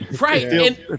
Right